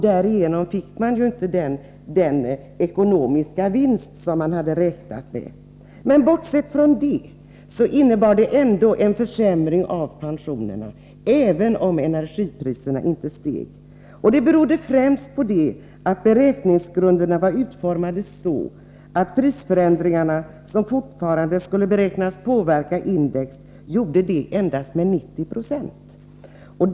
Därigenom fick man inte den ekonomiska vinst som man hade räknat med. Men bortsett från det innebar detta ändå en försämring av pensionerna, även om energipriserna inte steg. Det berodde främst på att beräkningsgrunderna var utformade så att prisförändringarna, som fortfarande skulle beräknas påverka index, gjorde det endast med 90 96.